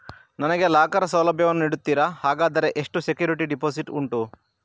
ನನಗೆ ಲಾಕರ್ ಸೌಲಭ್ಯ ವನ್ನು ನೀಡುತ್ತೀರಾ, ಹಾಗಾದರೆ ಎಷ್ಟು ಸೆಕ್ಯೂರಿಟಿ ಡೆಪೋಸಿಟ್ ಉಂಟು?